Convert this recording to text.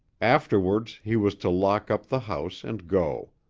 afterwards he was to lock up the house and go.